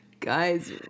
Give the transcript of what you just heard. guys